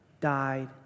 died